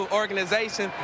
organization